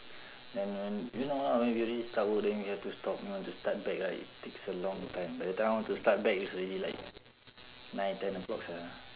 then when you know lah when you already start work then you have to stop you want to start back right it takes a long time by the time I want to start back it's already nine ten o'clock sia